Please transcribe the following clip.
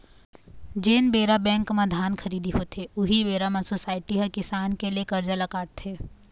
जेन बेरा बेंक म धान खरीदी होथे, उही बेरा म सोसाइटी ह किसान के ले करजा ल काटथे